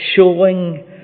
showing